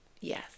yes